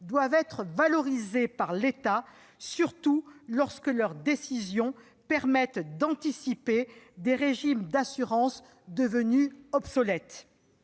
doivent être valorisés par l'État, surtout lorsque leurs décisions permettent d'anticiper l'intervention de régimes d'assurance devenus obsolètes.